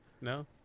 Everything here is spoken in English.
No